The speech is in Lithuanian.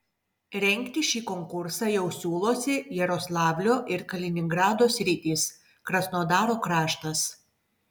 rengti šį konkursą jau siūlosi jaroslavlio ir kaliningrado sritys krasnodaro kraštas